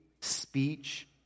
speech